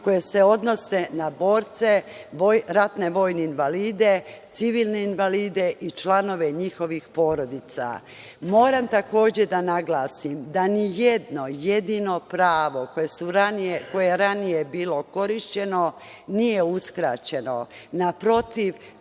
koja se odnose na borce, ratne vojne invalide, civilne invalide i članove njihovih porodica. Moram takođe da naglasim da nijedno jedino pravo koje je ranije bilo korišćeno nije uskraćeno, naprotiv,